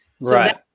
right